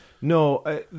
No